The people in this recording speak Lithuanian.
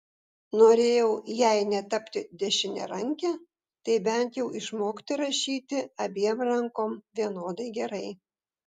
norėjau jei ne tapti dešiniaranke tai bent jau išmokti rašyti abiem rankom vienodai gerai